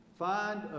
Find